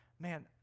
Man